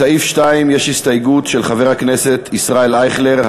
בסעיף 2 יש הסתייגות של חבר הכנסת ישראל אייכלר,